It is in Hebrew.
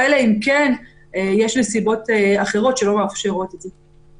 אלא אם יש נסיבות שלא מאפשרות את זה.